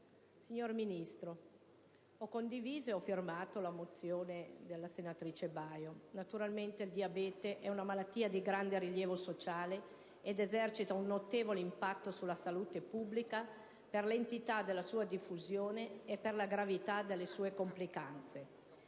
Ministro, ho condiviso e firmato la mozione di cui è prima firmataria la senatrice Baio. Il diabete è una malattia di grande rilievo sociale ed esercita un notevole impatto sulla salute pubblica per l'entità della sua diffusione e per la gravità delle sue complicanze.